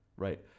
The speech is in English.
Right